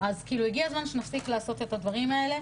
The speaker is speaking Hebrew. אז הגיע הזמן שנפסיק לעשות את הדברים האלה.